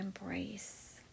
embrace